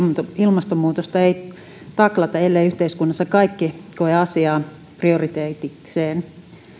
ilmastonmuutosta ei taklata elleivät yhteiskunnassa kaikki koe asiaa prioriteetikseen